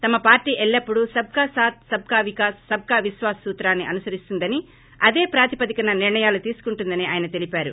తమ పార్వీ ఎల్లప్పుడూ సబ్ కా సాత్ సబ్ కా వికాస్ సబ్ కా విశ్వాస్ సూత్రాన్ని అనుసరిస్తుందని అదే ప్రాతిపదికన నిర్లయాలు తీసుకుంటుందని ఆయన తెలిపారు